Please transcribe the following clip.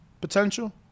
Potential